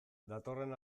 datorren